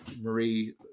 Marie